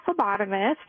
phlebotomist